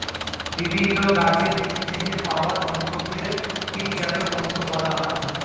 বিভিন্ন গাছের বীজের থেকে পাওয়া তন্তুকে বীজজাত তন্তু বলা হয়